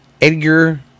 Edgar